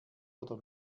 oder